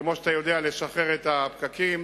כמו שאתה יודע, לשחרר את הפקקים.